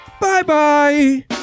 Bye-bye